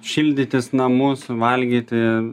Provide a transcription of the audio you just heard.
šildytis namus valgyti